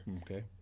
Okay